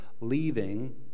leaving